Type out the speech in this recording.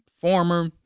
former